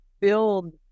build